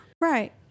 Right